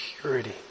purity